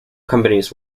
companies